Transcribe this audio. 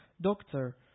doctor